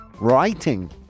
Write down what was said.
writing